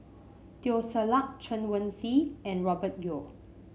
Teo Ser Luck Chen Wen Hsi and Robert Yeo